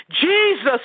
Jesus